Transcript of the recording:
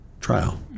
trial